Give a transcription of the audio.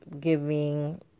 giving